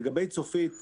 לגבי צופית,